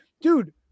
Dude